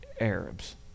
Arabs